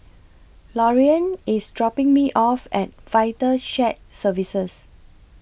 Lorean IS dropping Me off At Vital Shared Services